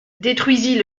détruisit